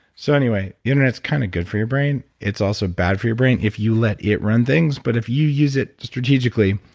so anyway, the internet's kind of good for your brain. it's also bad for your brain if you let it run things. but if you use it strategically,